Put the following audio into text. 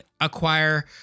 acquire